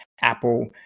apple